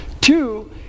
Two